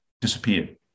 disappeared